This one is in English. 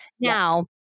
now